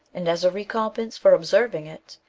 and as a recompencefor observing it,